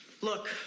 Look